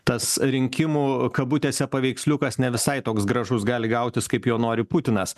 tas rinkimų kabutėse paveiksliukas ne visai toks gražus gali gautis kaip jo nori putinas